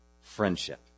friendship